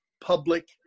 public